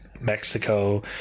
Mexico